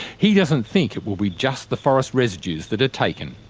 he doesn't think it will be just the forest residues that are taken.